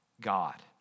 God